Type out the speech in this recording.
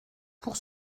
pour